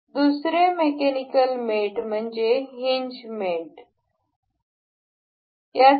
दुसरे मेकॅनिकल मेट म्हणजे आपण हिनज मेंट वर काम करू